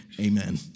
amen